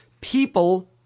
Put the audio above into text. people